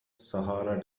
sahara